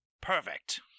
Perfect